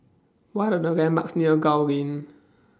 What Are The landmarks near Gul Lane